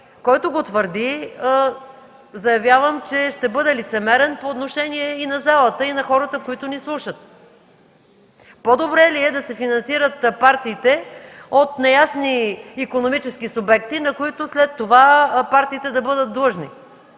Който го твърди, заявявам, че ще бъде лицемерен по отношение на залата и на хората, които ни слушат. По-добре ли е партиите да се финансират от неясни икономически субекти, на които след това партиите да бъдат длъжни?!